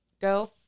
go